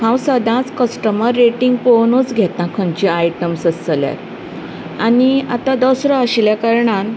हांव सदांच customer rating पळोवनूच घेतां खंयचेय आयटम्स आसा जाल्यार आनी आतां दसरो आशिल्ल्या कारणान